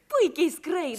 puikiai skrai